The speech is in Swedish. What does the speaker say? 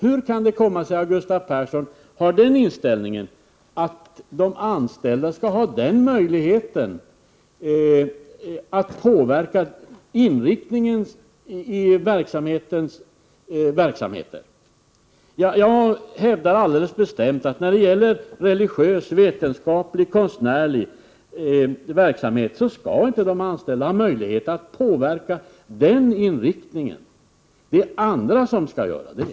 Hur kan det komma sig att Gustav Persson har den inställningen att de anställda skall ha möjlighet att påverka verksamhetens inriktning? Jag hävdar alldeles bestämt att när det gäller religiös, vetenskaplig eller konstnärlig verksamhet skall inte de anställda ha möjlighet att påverka den inriktningen. Det är andra som skall göra det.